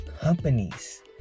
companies